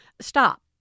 stop